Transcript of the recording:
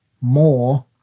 more